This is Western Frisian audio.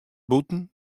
bûten